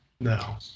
No